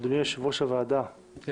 אדוני יושב-ראש הוועדה, בבקשה.